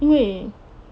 因为